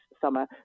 summer